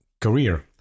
career